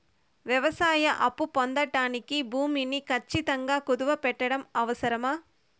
వ్యవసాయ అప్పు పొందడానికి భూమిని ఖచ్చితంగా కుదువు పెట్టడం అవసరమా?